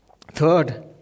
Third